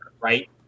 right